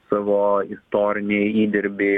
savo istorinį įdirbį